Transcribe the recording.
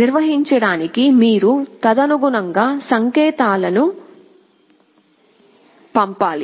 నిర్వహించడానికి మీరు తదనుగుణంగా సంకేతాలను పంపాలి